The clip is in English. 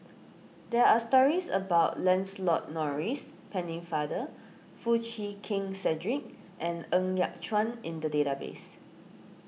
there are stories about Lancelot Maurice Pennefather Foo Chee Keng Cedric and Ng Yat Chuan in the database